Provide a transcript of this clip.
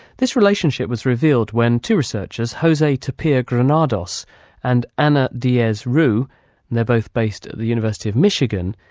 this relationship was revealed when two researchers, jose tapia granados and ana diez-roux, and they're both based at the university of michigan,